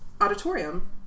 auditorium